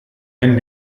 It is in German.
wenn